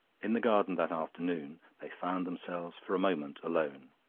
in the garden that afternoon they found themselves for a moment alone.